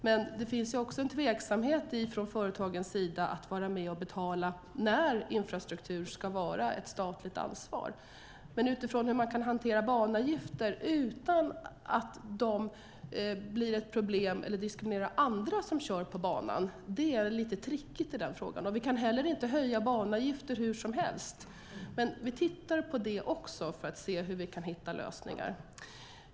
Men det finns också en tveksamhet från företagens sida inför att vara med och betala när infrastruktur ska vara ett statligt ansvar. Hur kan man hantera banavgifter så att de inte blir ett problem eller diskriminerar andra som kör på banan? Det är lite tricksigt. Vi kan heller inte höja banavgifter hur som helst. Men vi tittar på det också för att se hur vi kan hitta lösningar.